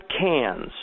cans